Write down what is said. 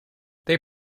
they